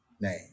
name